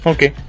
Okay